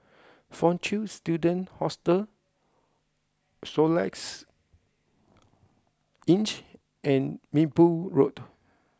Fortune Students Hostel Soluxe inch and Minbu Road